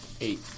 eight